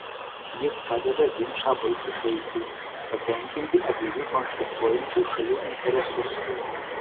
jis padeda ginčą baigti taikiai patenkinti abiejų konfliktuojančių šalių interesus